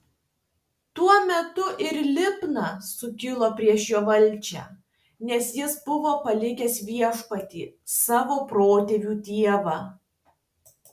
tuo metu ir libna sukilo prieš jo valdžią nes jis buvo palikęs viešpatį savo protėvių dievą